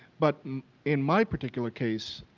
but in my particular case,